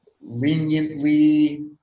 leniently